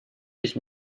ich